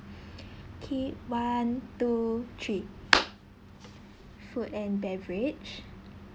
okay one two three food and beverage